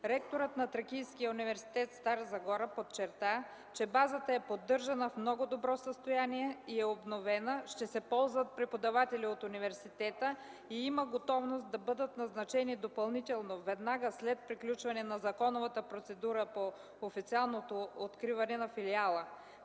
Ректорът на Тракийския университет – Стара Загора, подчерта, че базата е поддържана в много добро състояние и е обновена, ще се ползват преподаватели от университета и има готовност да бъдат назначени допълнително, веднага след приключване на законовата процедура по официалното откриване на филиала.